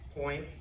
point